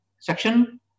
section